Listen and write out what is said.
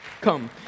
come